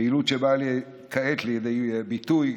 פעילות שבאה כעת לידי ביטוי,